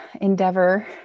endeavor